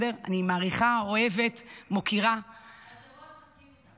אני מעריכה, אוהבת, מוקירה, היושב-ראש מסכים איתך.